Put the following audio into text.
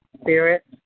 spirit